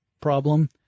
problem